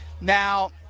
Now